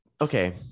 okay